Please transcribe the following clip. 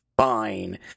fine